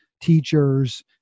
Teachers